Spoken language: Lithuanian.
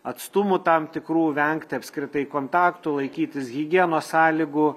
atstumų tam tikrų vengti apskritai kontaktų laikytis higienos sąlygų